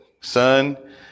son